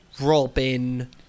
Robin